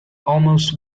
almost